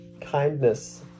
kindness